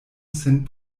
sen